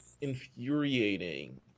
infuriating